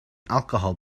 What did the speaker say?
alcohol